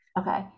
Okay